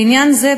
בעניין זה,